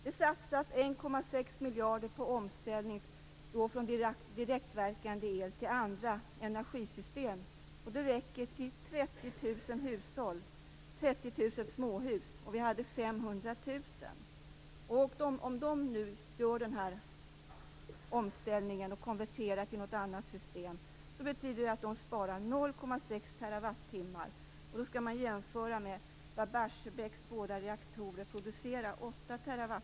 Det satsas 1,6 miljarder på omställning från direktverkande el till andra energisystem. Det räcker till 30 000 hushåll, 30 000 småhus. Vi hade 500 000. Om de nu gör den här omställningen och konverterar till något annat system betyder det att de sparar 0,6 TWh. Då skall man jämföra med att Barsebäcks båda reaktorer producerar 8 TWh.